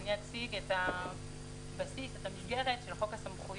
אני אציג את המסגרת של חוק הסמכויות